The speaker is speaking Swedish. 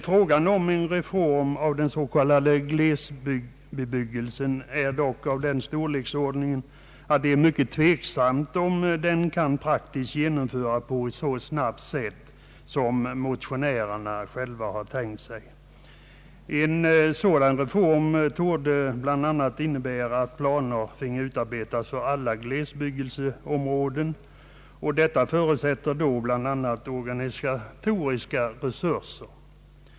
Frågan om en reform av den s.k. glesbebyggelserätten är dock av en sådan storleksordning att det är mycket tveksamt om en förändring kan genomföras så snabbt som motionärerna själva har tänkt sig. En sådan reform torde bl.a. innebära att planer fick utarbetas för alla glesbebyggelseområden, vilket ju förutsätter organisatoriska resurser.